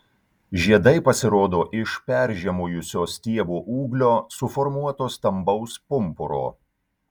žiedai pasirodo iš peržiemojusio stiebo ūglio suformuoto stambaus pumpuro